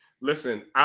Listen